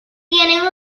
tienen